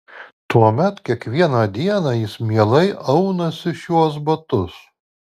tuomet kiekvieną dieną jis mielai aunasi šiuos batus